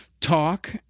talk